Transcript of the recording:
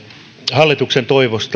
hallituksen